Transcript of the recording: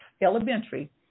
elementary